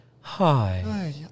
hi